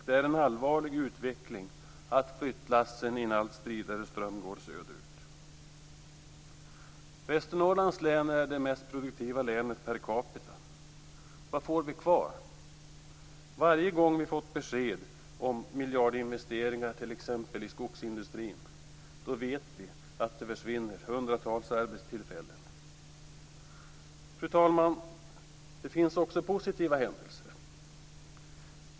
Det är en allvarlig utveckling att flyttlassen i en allt stridare ström går söderut. Västernorrlands län är det mest produktiva länet per capita. Vad får vi kvar? Varje gång vi har fått besked om miljardinvesteringar, t.ex. i skogsindustrin, vet vi att det försvinner hundratals arbetstillfällen. Fru talman! Det finns också positiva händelser.